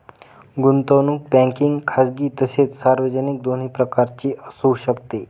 गुंतवणूक बँकिंग खाजगी तसेच सार्वजनिक दोन्ही प्रकारची असू शकते